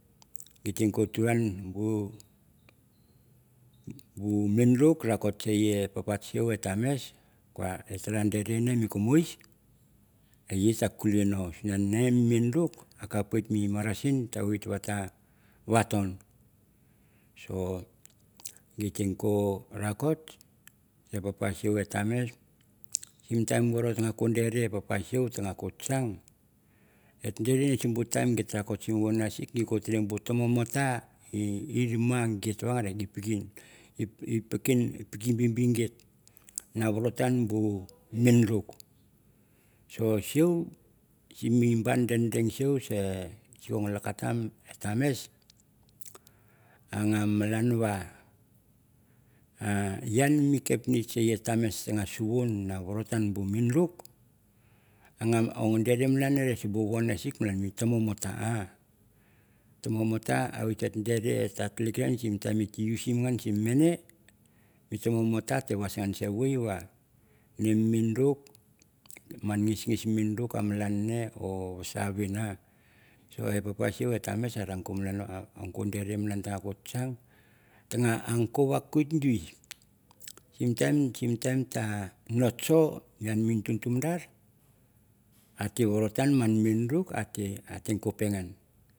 Gito ke turan pe minaruk patok se papa siu e temas ra dere nge mi kumus et ta kulei no sim en mi ene mi kumus et na kulei no sim en mi ene miniruk i kap wit ve mi marasin ta vaton so gite ko rai kot se papa sim, et temes so time of ta dere e papa sim at te language e dere sim bu time. git te roxot mi vunasik ge tere bu themota in rema gito in piki bibi git na vako tan bu miniruk, so tames anga malan va yang mi kapnitch e temes ta suwung na vabothan mi minaruk or teu no dere malan mi temometa, temometa et dere et teu karan sim time et usinm sim bu name mi temometa ene na mi minaruk man ngnis mi min minaruk amalan nge or vasa vini so e papa siu e taim or ila dere malan ake kang i ko vatur duice sim time sim time no kor yang mi tumtumdar vorot ken minaruk.